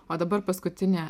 o dabar paskutinė